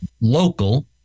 local